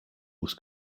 was